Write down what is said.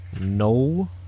No